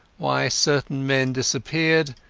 why certain men disappeared,